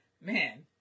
man